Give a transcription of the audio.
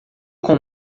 com